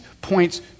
points